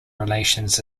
relations